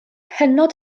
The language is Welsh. hynod